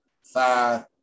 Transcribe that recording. five